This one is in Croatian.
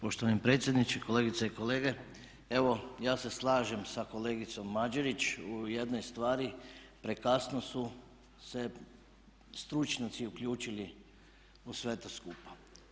Poštovani predsjedniče, kolegice i kolege evo ja se slažem sa kolegicom Mađerić u jednoj stvari prekasno su se stručnjaci uključili u sve to skupa.